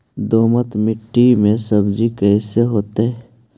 दोमट मट्टी में सब्जी कैसन होतै?